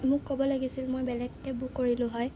মোক ক'ব লাগিছিল মই বেলেগ কেব বুক কৰিলোঁ হয়